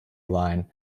line